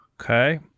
Okay